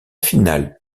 finale